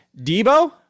Debo